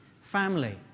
family